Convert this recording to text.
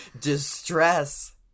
distress